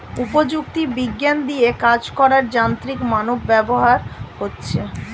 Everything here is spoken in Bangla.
প্রযুক্তি বিজ্ঞান দিয়ে কাজ করার যান্ত্রিক মানব ব্যবহার হচ্ছে